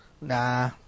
nah